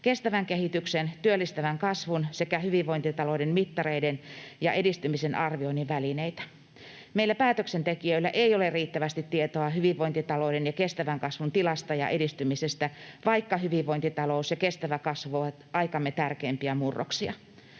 kestävän kehityksen, työllistävän kasvun sekä hyvinvointitalouden mittareiden ja edistymisen arvioinnin välineitä. Meillä päätöksentekijöillä ei ole riittävästi tietoa hyvinvointitalouden ja kestävän kasvun tilasta ja edistymisestä, vaikka hyvinvointitalous ja kestävä kasvu ovat aikamme tärkeimpiä murroksia.